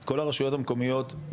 כל הרשויות המקומיות,